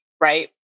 right